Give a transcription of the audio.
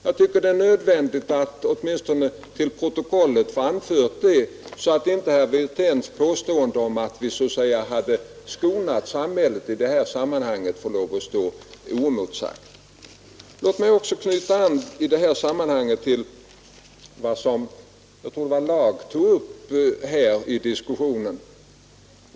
Jag tycker det är nödvändigt att åtminstone till protokollet få anfört detta, så att inte herr Wirténs påstående — att vi så att säga har skonat samhället i detta sammanhang — får stå oemotsagt. Låt mig också knyta an till vad fru Laag tog upp här i diskussionen.